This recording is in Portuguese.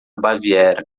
baviera